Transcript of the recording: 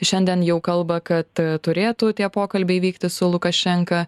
šiandien jau kalba kad turėtų tie pokalbiai vykti su lukašenka